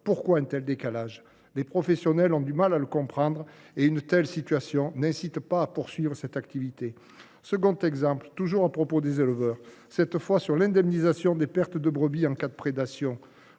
Pourquoi un tel décalage ? Les professionnels ont du mal à le comprendre et une telle situation n’incite pas à poursuivre cette activité. Le second exemple, toujours relatif aux éleveurs, concerne l’indemnisation des pertes de brebis en cas de prédation.